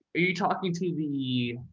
are you talking to the